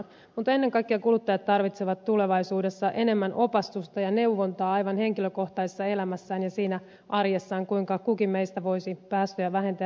mutta ennen kaikkea kuluttajat tarvitsevat tulevaisuudessa enemmän opastusta ja neuvontaa aivan henkilökohtaisessa elämässään ja siinä arjessaan kuinka kukin meistä voisi päästöjä vähentää